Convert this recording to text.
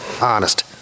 Honest